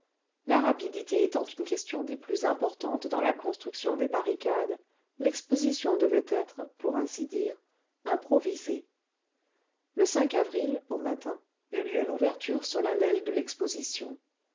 la rapidité étant une question des plus importantes dans la construction des barricades l'exposition devait être pour ainsi dire improvisée le avril au matin eut lieu l'ouverture solennelle de l'exposition